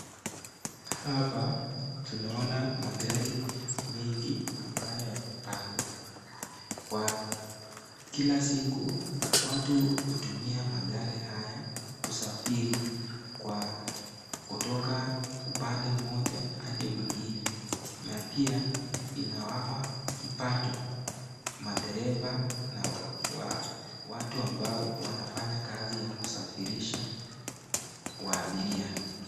Hapa tunaona magari mengi ambayo yamepangwa, kwa kila siku watu hutumia magari haya kusafiri kwa kutoka upande moja adi mwingine na pia inawapa kipato madereva na watu ambao wanafanya kazi ya kusafirisha waabiria.